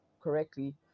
Correctly